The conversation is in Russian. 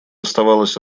оставалась